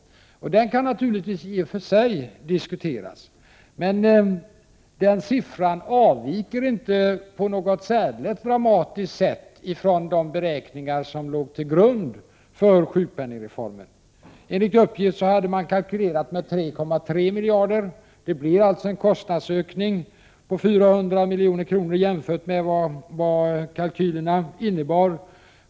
Den siffran kan naturligtvis i och för sig diskuteras, men den avviker inte på något särdeles dramatiskt sätt från de beräkningar som låg till grund för sjukpenningreformen. Enligt uppgift hade man kalkylerat med 3,3 miljarder kronor. Det blev en kostnadsökning på 400 milj.kr. jämfört med kalkylerna.